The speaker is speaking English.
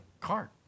cart